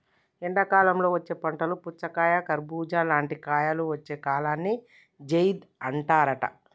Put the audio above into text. ఎండాకాలంలో వచ్చే పంటలు పుచ్చకాయ కర్బుజా లాంటి కాయలు వచ్చే కాలాన్ని జైద్ అంటారట